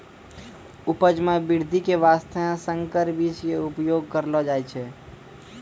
उपज मॅ वृद्धि के वास्तॅ संकर बीज के उपयोग करलो जाय छै